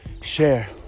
Share